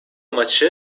maçı